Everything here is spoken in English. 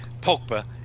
Pogba